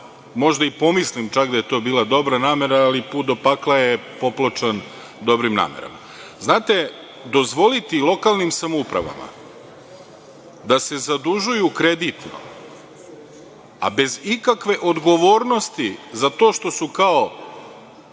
možda i pomislim čak da je to bila namera, ali put do pakla je popločan dobrim namerama. Znate, dozvoliti lokalnim samoupravama da se zadužuju kreditno, a bez ikakve odgovornosti za to što su kao